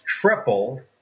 tripled